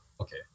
okay